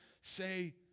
say